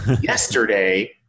yesterday